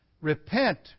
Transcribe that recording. Repent